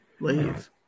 leave